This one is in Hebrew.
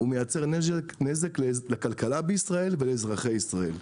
מייצר נזק לכלכלה בישראל ולאזרחי ישראל.